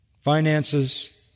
finances